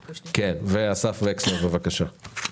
כן, בקשה.